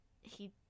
he-